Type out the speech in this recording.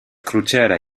krutxeara